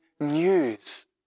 news